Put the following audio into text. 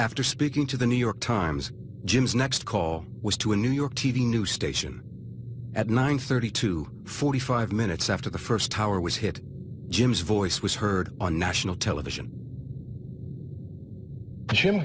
after speaking to the new york times jim's next call was to a new york t v news station at nine thirty to forty five minutes after the first tower was hit jim's voice was heard on national television jim